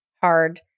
hard